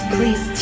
Please